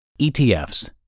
ETFs